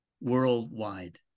worldwide